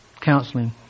counseling